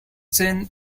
chain